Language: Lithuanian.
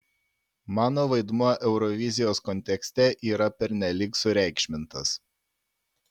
mano vaidmuo eurovizijos kontekste yra pernelyg sureikšmintas